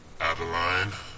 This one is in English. Adeline